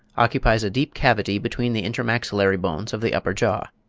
occupies a deep cavity between the intermaxillary bones of the upper jaw.